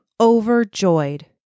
overjoyed